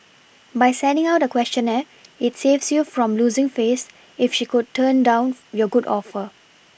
by sending out a questionnaire it saves you from losing face if she should turn down your good offer